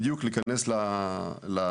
בדיוק להיכנס לפרטים.